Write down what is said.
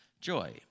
joy